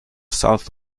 south